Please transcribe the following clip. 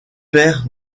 père